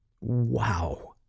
Wow